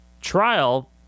trial